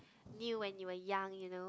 new when you were young you know